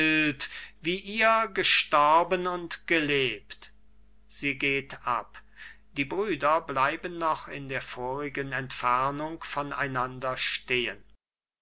wie ihr gestorben und gelebt sie geht ab die brüder bleiben noch in der vorigen entfernung von einander stehen